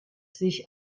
sich